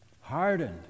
Hardened